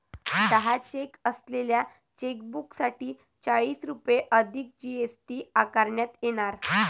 दहा चेक असलेल्या चेकबुकसाठी चाळीस रुपये अधिक जी.एस.टी आकारण्यात येणार